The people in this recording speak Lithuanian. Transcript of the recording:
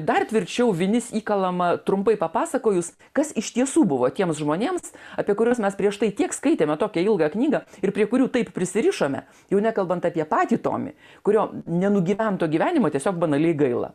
dar tvirčiau vinis įkalama trumpai papasakojus kas iš tiesų buvo tiems žmonėms apie kuriuos mes prieš tai tiek skaitėme tokią ilgą knygą ir prie kurių taip prisirišome jau nekalbant apie patį tomį kurio nenugyvento gyvenimo tiesiog banaliai gaila